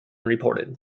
reported